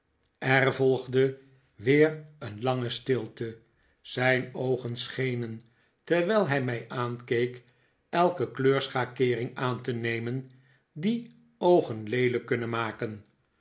er volgde weer een lange stilte zijn oogen schenen terwijl hij mij aankeek elke kleurschakeering aan te nemen die oogen leelijk kunnen maken